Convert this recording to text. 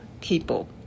people